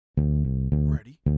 Ready